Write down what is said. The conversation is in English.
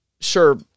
sure